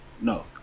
No